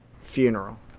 funeral